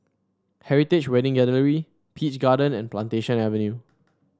Heritage Wedding Gallery Peach Garden and Plantation Avenue